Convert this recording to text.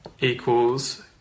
equals